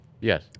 Yes